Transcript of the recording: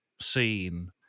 scene